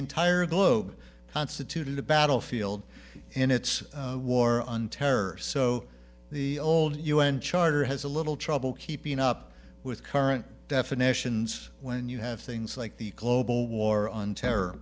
entire globe constituted a battlefield in its war on terror so the old u n charter has a little trouble keeping up with current definitions when you have things like the global war on terror